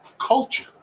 Culture